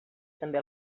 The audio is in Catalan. també